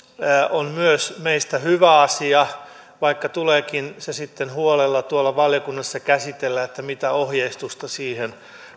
on meistä hyvä asia vaikka tuleekin sitten huolella tuolla valiokunnassa käsitellä se että mitä ohjeistusta siihen